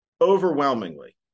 overwhelmingly